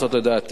לדעתי,